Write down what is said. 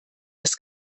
das